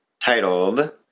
titled